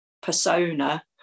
persona